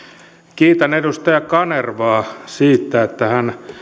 kiitän edustaja kanervaa siitä että hän